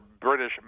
British